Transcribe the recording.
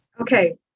Okay